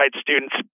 students